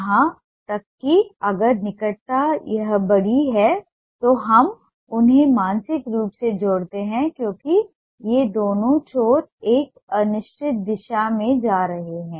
यहां तक कि अगर निकटता यह बड़ी है तो हम उन्हें मानसिक रूप से जोड़ते हैं क्योंकि ये दोनों छोर एक निश्चित दिशा में जा रहे हैं